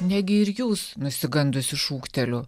negi ir jūs nusigandusi šūkteliu